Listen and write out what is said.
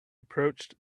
approached